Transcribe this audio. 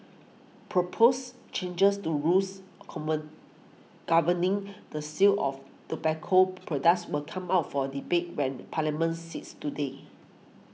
proposed changes to rules common governing the sale of tobacco products will come up for a debate when Parliament sits today